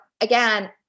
again